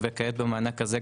וכעת במענק הזה,